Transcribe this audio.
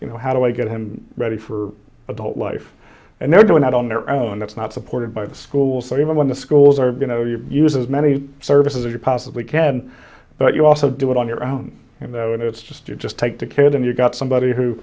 you know how do i get him ready for adult life and they're doing that on their own that's not supported by the schools or even when the schools are going to use as many services that are possibly can but you also do it on your own you know and it's just you just take the kid and you've got somebody who